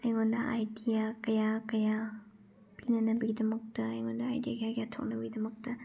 ꯑꯩꯉꯣꯟꯗ ꯑꯥꯏꯗꯤꯌꯥ ꯀꯌꯥ ꯀꯌꯥ ꯄꯤꯅꯅꯕꯒꯤꯗꯃꯛꯇ ꯑꯩꯉꯣꯟꯗ ꯑꯥꯏꯗꯤꯌꯥ ꯀꯌꯥ ꯀꯌꯥ ꯊꯣꯛꯂꯛꯅꯕꯒꯤꯗꯃꯛꯇ